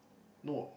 no